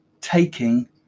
taking